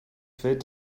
fets